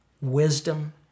wisdom